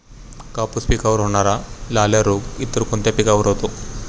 कापूस पिकावर होणारा लाल्या रोग इतर कोणत्या पिकावर होतो?